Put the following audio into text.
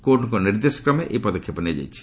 କୋର୍ଟଙ୍କ ନିର୍ଦ୍ଦେଶକ୍ରମେ ଏହି ପଦକ୍ଷେପ ନିଆଯାଇଛି